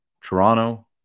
Toronto